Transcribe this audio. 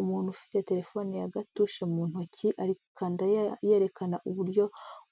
Umuntu ufite telefoni ya gatushe mu ntoki, ari gukanda yerekana uburyo